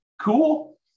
Cool